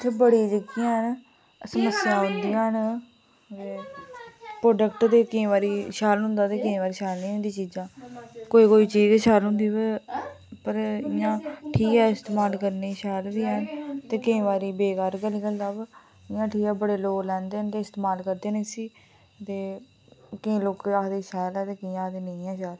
इत्थै बड़ियां जेह्कियां न समस्या औंदियां न ते प्रोडक्ट दा केईं बारी शैल होंदियां ते केईं बारी शैल निं होंदियां चीज़ां कोई कोई चीज़ शैल होंदी ते पर ठीक ऐ इस्तेमाल करने गी ठीक बी ऐ पर केईं बारी बेकार गै निकलदा पर ते हट्टिया बी केईं लोक लैंदे ते इस्तेमाल करदे न इसी ते केईं लोक आक्खदे शैल ऐ केईं लोक आक्खदे नेईं ऐ शैल